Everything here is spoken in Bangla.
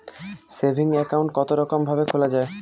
সেভিং একাউন্ট কতরকম ভাবে খোলা য়ায়?